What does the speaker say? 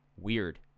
weird